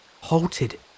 halted